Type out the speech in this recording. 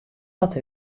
wat